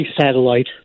satellite